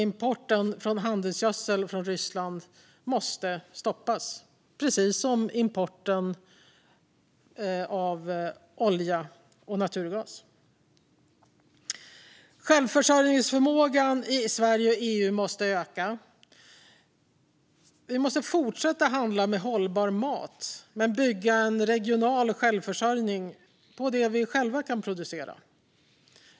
Importen av handelsgödsel från Ryssland måste stoppas, precis som importen av olja och naturgas. Självförsörjningsförmågan i Sverige och EU måste öka. Vi måste fortsätta att handla med hållbar mat men bygga en regional självförsörjning på det vi själva kan producera.